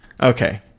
okay